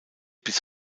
bis